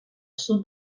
sud